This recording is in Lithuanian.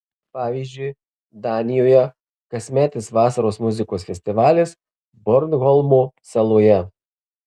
pavyzdžiui danijoje kasmetis vasaros muzikos festivalis bornholmo saloje